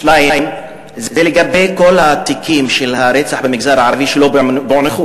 השאלה השנייה היא לגבי כל תיקי הרצח במגזר הערבי שלא פוענחו.